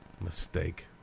Mistake